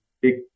big